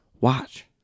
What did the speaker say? watch